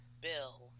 bill